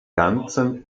ganzen